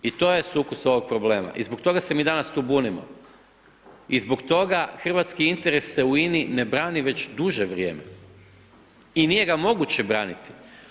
I to je sukus ovog problema i zbog toga se mi danas tu bunimo i zbog toga hrvatski interes u INA-i se ne brani već duže vrijeme i nije ga moguće braniti.